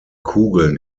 kugeln